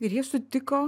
ir jie sutiko